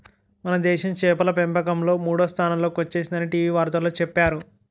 మనదేశం చేపల పెంపకంలో మూడో స్థానంలో కొచ్చేసిందని టీ.వి వార్తల్లో చెప్పేరు